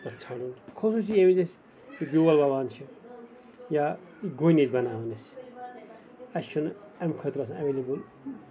پَتہٕ ژھانٛرُن خصوٗصی ییٚمہِ وِزِ اسہِ بیول وَوان چھِ یا گوٚنۍ ٲسۍ بَناوان أسۍ اَسہِ چھُنہٕ اَمہِ خٲطرٕ آسان ایٚولیبٕل کیٚنہہ